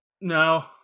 No